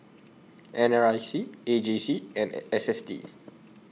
N R I C A J C and S S T